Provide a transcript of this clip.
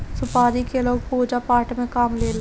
सुपारी के लोग पूजा पाठ में काम लेला